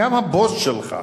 גם הבוס שלך,